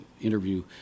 interview